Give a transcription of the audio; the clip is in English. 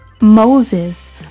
Moses